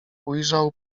ujrzał